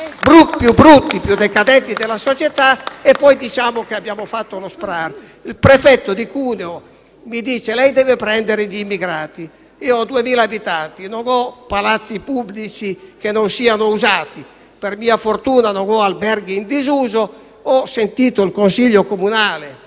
più brutti, più decadenti della società, poi diciamo che abbiamo fatto lo SPRAR. Il prefetto di Cuneo mi dice: «Lei deve prendere gli immigrati». Io ho 2.000 abitanti, non ho palazzi pubblici che non siano usati; per mia fortuna non ho alberghi in disuso. Ho sentito il consiglio comunale